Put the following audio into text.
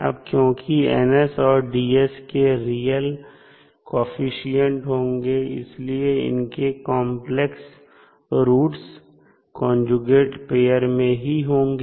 अब क्योंकि N और D के रियल कोऑफिशिएंट होंगे इसलिए इनके कांप्लेक्स रूट्स कन्ज्यूगेट पेयर में ही होंगे